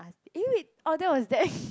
eh wait oh that was that Zac